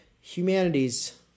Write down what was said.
humanities